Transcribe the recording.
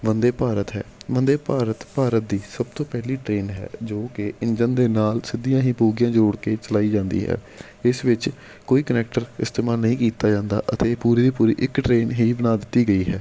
ਬੰਦੇ ਭਾਰਤ ਹੈ ਬੰਦੇ ਭਾਰਤ ਭਾਰਤ ਦੀ ਸਭ ਤੋਂ ਪਹਿਲੀ ਟ੍ਰੇਨ ਹੈ ਜੋ ਕਿ ਇੰਜਨ ਦੇ ਨਾਲ ਸਿੱਧੀਆਂ ਹੀ ਬੋਗੀਆਂ ਜੋੜ ਕੇ ਚਲਾਈ ਜਾਂਦੀ ਹੈ ਇਸ ਵਿੱਚ ਕੋਈ ਕਨੈਕਟਰ ਇਸਤੇਮਾਲ ਨਹੀਂ ਕੀਤਾ ਜਾਂਦਾ ਅਤੇ ਪੂਰੀ ਦੀ ਪੂਰੀ ਇੱਕ ਟ੍ਰੇਨ ਹੀ ਬਣਾ ਦਿੱਤੀ ਗਈ ਹੈ